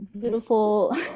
beautiful